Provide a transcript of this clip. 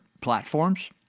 platforms